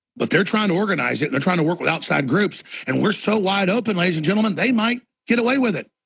but there trying to organize and there trying to work with outside groups and we are so wide open ladies and gentlemen they might get away with it.